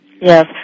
Yes